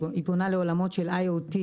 היא פונה לעולמות של IOT,